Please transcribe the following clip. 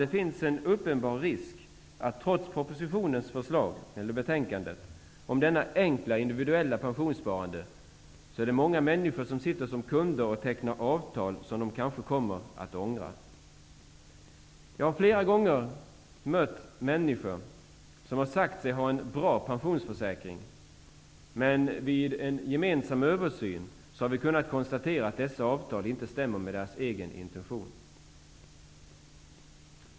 Det finns en uppenbar risk, trots betänkandet om det enkla individuella pensionssparandet, att många människor sitter som kunder och tecknar avtal som de kanske kommer att ångra. Jag har flera gånger mött människor som har sagt sig ha en bra pensionsförsäkring. Men vid en gemensam översyn har vi kunnat konstatera att dessa avtal inte stämmer med deras egna intentioner.